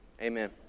amen